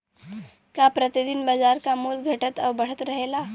का प्रति दिन बाजार क मूल्य घटत और बढ़त रहेला?